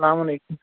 سلامُ علیکُم